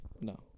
No